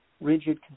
rigid